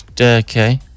Okay